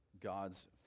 God's